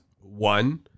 One